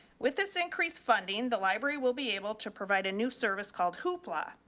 with this increased funding, the library will be able to provide a new service called hoopla.